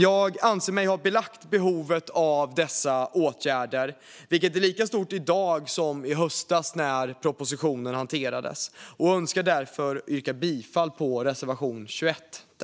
Jag anser mig ha belagt behovet av dessa åtgärder, vilket är lika stort i dag som i höstas när propositionen hanterades. Jag önskar därför yrka bifall till reservation 21.